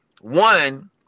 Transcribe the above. one